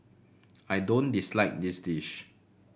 I don't dislike this dish